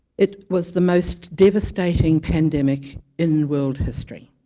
it was the most devastating pandemic in world history